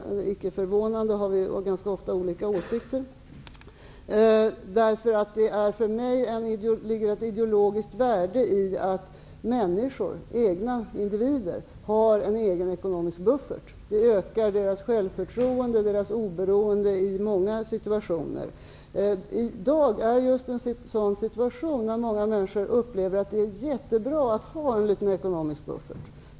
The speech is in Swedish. Men det är icke förvånande att han och jag ganska ofta har olika åsikter. För mig ligger det ett ideologiskt värde i att människor, egna individer, har en egen ekonomisk buffert. Det ökar deras självförtroende och oberoende i många situationer. I dag råder just en sådan situation där många människor upplever att det är bra att ha en liten ekonomisk buffert.